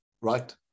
right